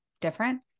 different